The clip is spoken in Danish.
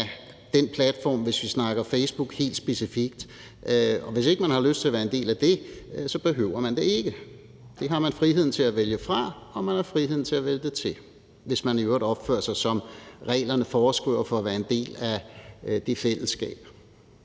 af den platform, hvis vi snakker Facebook helt specifikt. Hvis ikke man har lyst til at være en del af det, behøver man det ikke. Det har man friheden til at vælge fra, og man har friheden til at vælge det til, hvis man i øvrigt opfører sig, som reglerne foreskriver, for at være en del af det fællesskab.